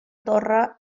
torre